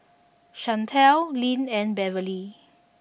Shantell Lyn and Beverley